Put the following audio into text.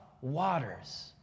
waters